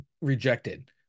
rejected